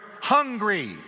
hungry